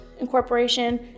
incorporation